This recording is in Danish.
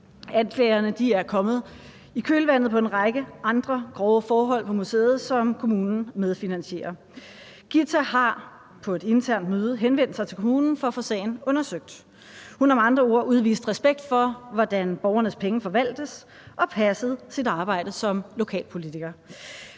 Anklagerne er kommet i kølvandet på en række andre grove forhold på museet, som kommunen medfinansierer. Githa har på et internt møde henvendt sig til kommunen for at få sagen undersøgt. Hun har med andre ord udvist respekt for, hvordan borgernes penge forvaltes, og passet sit arbejde som lokalpolitiker.